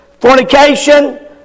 fornication